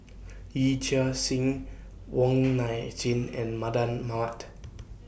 Yee Chia Hsing Wong Nai Chin and Mardan Mamat